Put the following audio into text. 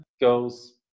goes